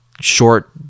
short